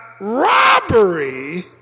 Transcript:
robbery